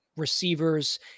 Receivers